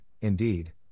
indeed